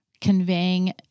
Conveying